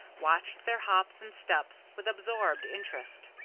watched their hops and steps with absorbed interest.